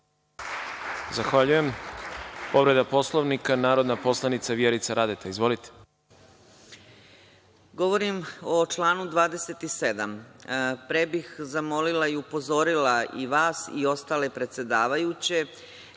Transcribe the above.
Zahvaljujem. Povreda Poslovnika, narodna poslanica Vjerica Radeta. Izvolite. **Vjerica Radeta** Govorim o članu 27. Pre bih zamolila i upozorila i vas i ostale predsedavajuće